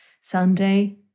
Sunday